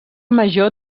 major